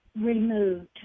removed